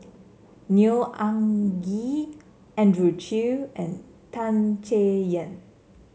Neo Anngee Andrew Chew and Tan Chay Yan